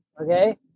okay